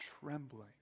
trembling